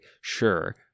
sure